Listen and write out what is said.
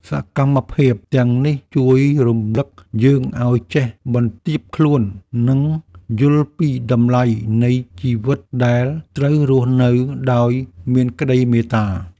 សកម្មភាពទាំងនេះជួយរំលឹកយើងឱ្យចេះបន្ទាបខ្លួន និងយល់ពីតម្លៃនៃជីវិតដែលត្រូវរស់នៅដោយមានក្ដីមេត្តា។